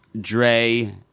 Dre